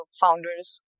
founders